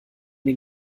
den